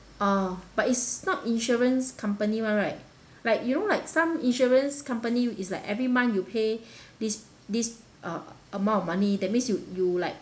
oh but it's not insurance company [one] right like you know like some insurance company is like every month you pay this this uh amount of money that means you you like